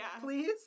please